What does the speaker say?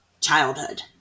childhood